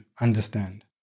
understand